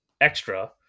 extra